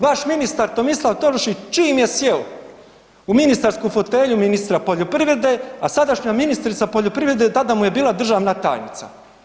Vaš ministar Tomislav Tolušić čim je sjeo u ministarsku fotelju ministra poljoprivrede, a sadašnja ministrica poljoprivrede tada mu je bila državna tajnica.